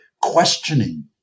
questioning